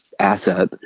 asset